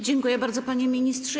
Dziękuję bardzo, panie ministrze.